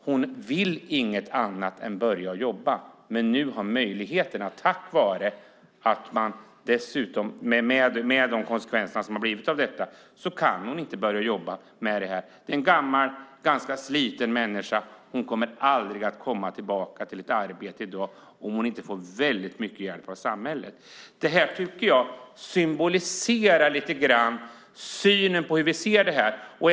Hon vill inget annat än att börja jobba, men på grund av de nuvarande konsekvenserna kan hon inte börja. Hon är en gammal och ganska sliten människa. Hon kommer aldrig att komma tillbaka till ett arbete i dag om hon inte får mycket hjälp av samhället. Det här symboliserar lite grann hur vi ser på dessa frågor.